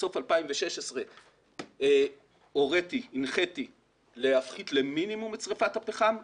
בסוף 2016 הנחיתי להפחית למינימום את שריפת הפחם.